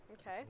Okay